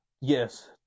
Yes